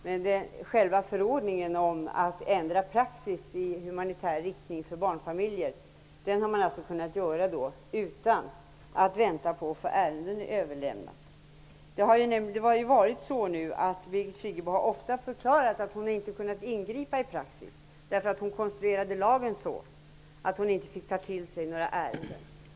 Men själva förordningen om att ändra praxis i humanitär riktning för barnfamiljer hade man kunnat göra utan att vänta på att få ett ärende överlämnat. Birgit Friggebo har ofta förklarat att hon inte har kunnat ingripa i praxis därför att hon konstruerade lagen så att hon inte fick ta till sig några ärenden.